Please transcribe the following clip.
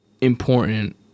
important